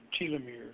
telomeres